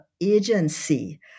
agency